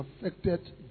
affected